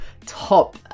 top